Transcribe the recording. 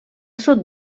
sud